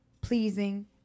pleasing